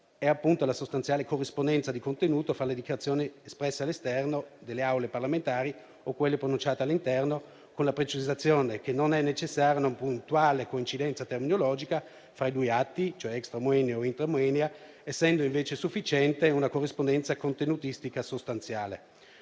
è appunto la sostanziale corrispondenza di contenuto fra le dichiarazioni espresse all'esterno delle Aule parlamentari o quelle pronunciate all'interno, con la precisazione che non è necessaria una puntuale coincidenza terminologica fra i due atti (cioè *extramoenia* o *intramoenia*) essendo invece sufficiente una corrispondenza contenutistica sostanziale.